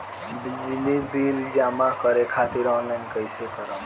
बिजली बिल जमा करे खातिर आनलाइन कइसे करम?